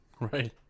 Right